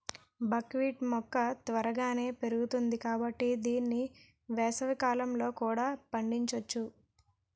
బక్ wheat మొక్క త్వరగానే పెరుగుతుంది కాబట్టి దీన్ని వేసవికాలంలో కూడా పండించొచ్చు